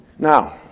Now